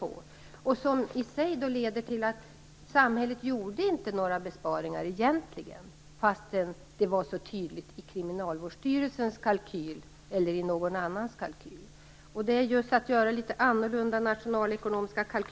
Detta kan i sin tur leda till att samhället egentligen inte gjorde några besparingar trots att allt var så tydligt i Kriminalvårdsstyrelsens, eller någon annans, kalkyl. Vi måste göra litet annorlunda nationalekonomiska kalkyler.